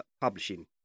publishing